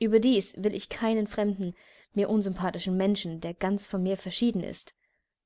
überdies will ich keinen fremden mir unsympathischen menschen der ganz von mir verschieden ist